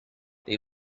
they